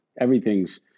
Everything's –